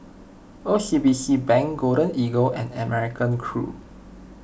O C B C Bank Golden Eagle and American Crew